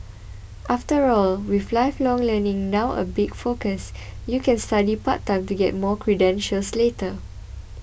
after all with lifelong learning now a big focus you can study part time to get more credentials later